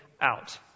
out